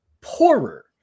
poorer